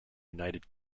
united